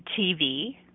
TV